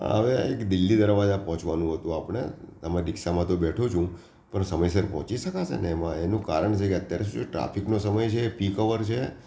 હવે એક દિલ્હી દરવાજા પહોંચવાનું હતુ આપણે તમારી રીક્ષામાં તો બેઠો છું પણ સમયસર પહોંચી શકાશે ને એનું કારણ છે કે અત્યારે શું છે ટ્રાફિકનો સમય છે પીક અવર છે